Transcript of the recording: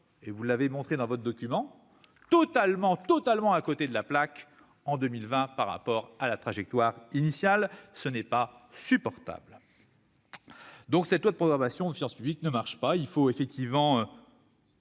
vous l'avez montré dans votre document, nous sommes totalement à côté de la plaque en 2020 par rapport à la trajectoire initiale. Ce n'est pas supportable. Cette loi de programmation des finances publiques ne fonctionne pas. Il nous faut une